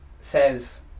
says